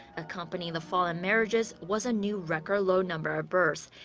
accompanying the fall in marriages was a new record-low number of births.